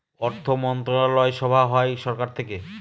অর্থমন্ত্রণালয় সভা হয় সরকার থেকে